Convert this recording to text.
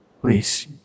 Please